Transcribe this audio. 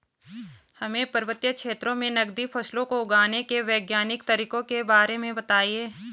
हमें पर्वतीय क्षेत्रों में नगदी फसलों को उगाने के वैज्ञानिक तरीकों के बारे में बताइये?